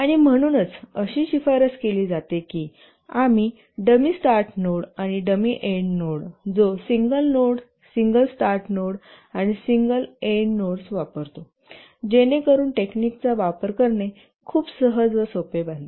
आणि म्हणूनचअशी शिफारस केली जाते की आम्ही डमी स्टार्ट नोड आणि डमी एंड नोड जो single nodes single start node आणि सिंगल एंड नोड वापरतो जेणेकरून टेक्निकचा वापर करणे खूप सहज व सोपे बनते